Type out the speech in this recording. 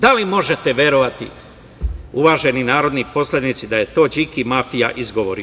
Da li možete verovati, uvaženi narodni poslanici, da je to Điki mafija izgovorio.